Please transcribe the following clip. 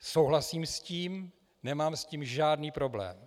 Souhlasím s tím, nemám s tím žádný problém.